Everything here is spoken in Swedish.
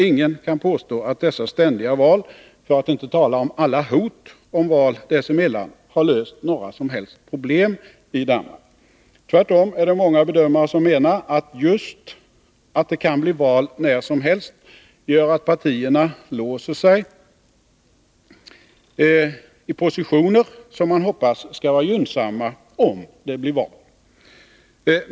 Ingen kan påstå att dessa ständiga val — för att inte tala om alla hot om val dessemellan — har löst några som helst problem i Danmark. Tvärtom är det många bedömare som menar att just att det kan bli val när som helst gör att partierna låser sig i positioner som man hoppas skall vara gynnsamma om det blir val.